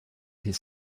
his